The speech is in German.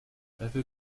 dafür